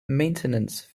maintenance